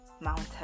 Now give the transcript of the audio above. mountain